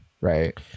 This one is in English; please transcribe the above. right